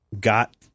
got